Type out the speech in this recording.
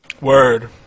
Word